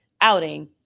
outing